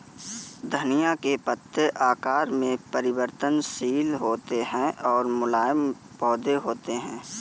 धनिया के पत्ते आकार में परिवर्तनशील होते हैं और मुलायम पौधे होते हैं